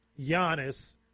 Giannis